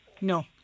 no